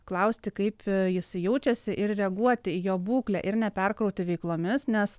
klausti kaip jisai jaučiasi ir reaguoti į jo būklę ir neperkrauti veiklomis nes